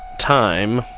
time